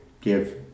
give